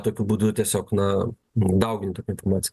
tokiu būdu tiesiog na daugintų tą informaciją